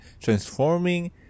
Transforming